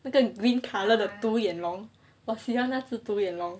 那个 green colour 的独眼龙我喜欢那只独眼龙